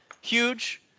huge